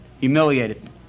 humiliated